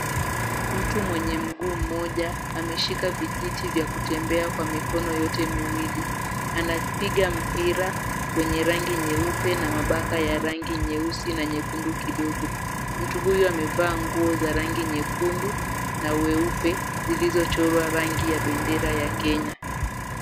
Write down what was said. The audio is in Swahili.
Mtu mwenye mguu mmoja ameshika vijiti vya kutembea kwa mikono yote miwili, anapiga mpira wenye rangi nyeupe na mabaka ya rangi nyeusi na nyekundu kidogo. Mtu huyu amevaa nguo za rangi nyekundu na weupe zilizochorwa rangi ya bendera ya Kenya.